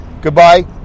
Goodbye